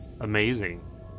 amazing